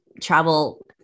travel